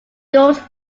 goes